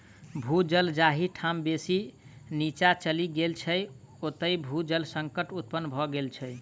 भू जल जाहि ठाम बेसी नीचाँ चलि गेल छै, ओतय भू जल संकट उत्पन्न भ गेल छै